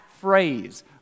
phrase